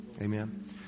Amen